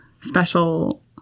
special